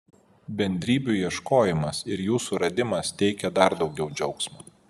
bendrybių ieškojimas ir jų suradimas teikia dar daugiau džiaugsmo